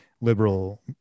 liberal